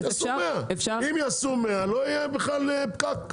אם יעשו 100 לא יהיה בכלל פקק.